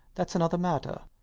thats another matter.